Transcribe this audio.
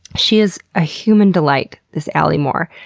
she is a human delight, this aly moore.